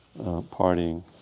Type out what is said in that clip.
partying